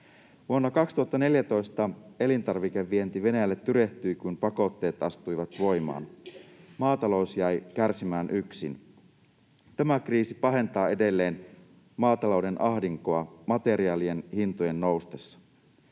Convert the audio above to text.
Vuonna 2014 elintarvikevienti Venäjälle tyrehtyi, kun pakotteet astuivat voimaan. Maatalous jäi kärsimään yksin. Tämä kriisi pahentaa edelleen maatalouden ahdinkoa materiaalien hintojen noustessa.